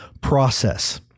process